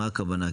מה הכוונה?